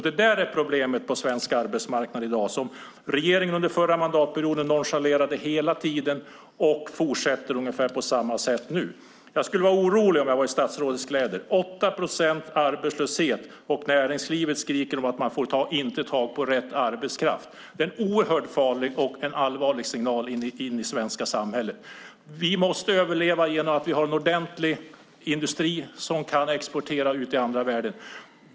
Det är problemet på svensk arbetsmarknad i dag, som regeringen under förra mandatperioden hela tiden nonchalerade, och man fortsätter ungefär på samma sätt nu. Jag skulle vara orolig om jag var i statsrådets kläder. Det är 8 procents arbetslöshet, och näringslivet skriker om att man inte får tag i rätt arbetskraft. Det är en allvarlig signal in i det svenska samhället. Vi måste överleva genom att vi har en ordentlig industri som kan exportera ut i världen.